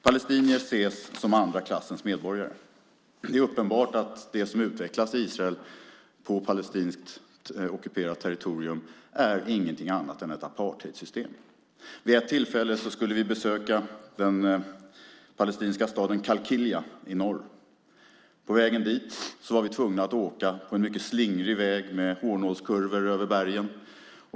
Palestinier ses som andra klassens medborgare. Det är uppenbart att det som utvecklas i Israel på palestinskt ockuperat territorium är ingenting annat än ett apartheidsystem. Vid ett tillfälle skulle vi besöka den palestinska staden Qalqilia i norr. På vägen dit var vi tvungna att åka på en mycket slingrig väg med hårnålskurvor över bergen.